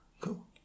Cool